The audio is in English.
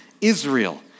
Israel